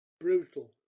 brutal